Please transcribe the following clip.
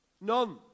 None